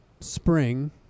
spring